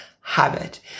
habit